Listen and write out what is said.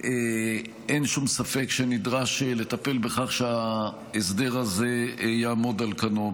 אין שום ספק שנדרש לטפל בכך שההסדר הזה יעמוד על כנו.